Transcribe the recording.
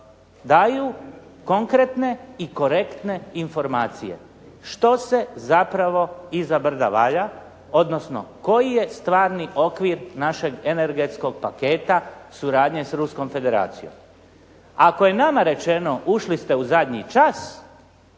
daju konkretne i korektne informacije što se zapravo iza brda valja, odnosno koji je stvarni okvir našeg energetskog paketa suradnje sa Ruskom Federacijom. Ako je nama rečeno ušli ste u zadnji čas,